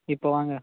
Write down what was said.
இப்போ வாங்க